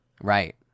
Right